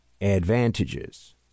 advantages